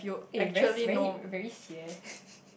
eh very very very eh